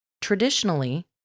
Traditionally